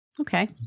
Okay